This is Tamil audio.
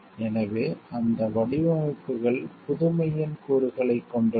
எனவே அந்த வடிவமைப்புகள் புதுமையின் கூறுகளைக் கொண்டுள்ளன